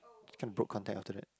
kind of broke contact after that